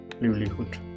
livelihood